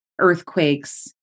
earthquakes